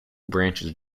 branches